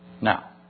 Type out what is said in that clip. Now